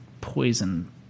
poison